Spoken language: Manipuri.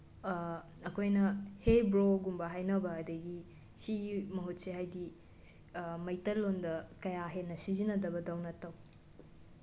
ꯑꯩꯈꯣꯏꯅ ꯍꯦ ꯕ꯭ꯔꯣꯒꯨꯝꯕ ꯍꯥꯏꯅꯕ ꯑꯗꯒꯤ ꯁꯤꯒꯤ ꯃꯍꯨꯠꯁꯦ ꯍꯥꯏꯗꯤ ꯃꯩꯇꯩꯂꯣꯜꯗ ꯀꯌꯥ ꯍꯦꯟꯅ ꯁꯤꯖꯤꯟꯅꯗꯕꯗꯧꯅ ꯇꯧꯏ